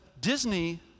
Disney